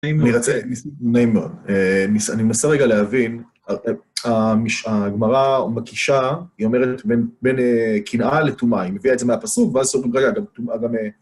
נעים מאוד, אני מנסה רגע להבין הגמרא, או מקישה, היא אומרת בין קנאה לטומאה היא מביאה את זה מהפסוק, ואז סוף נקראת